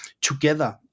together